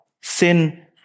Sin